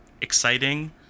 exciting